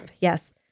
yes